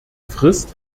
frist